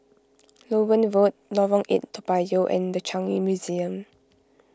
Loewen Road Lorong eight Toa Payoh and the Changi Museum